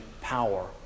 power